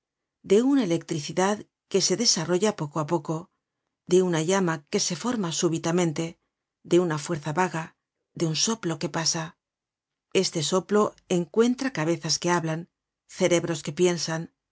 de una electricidad que se desarrolla poco ápoco de una llama que se forma súbitamente de una fuerza vaga de un soplo que pasa este soplo encuentra cabezas que hablan cerebros que piensan